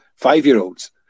five-year-olds